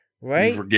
Right